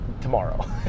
tomorrow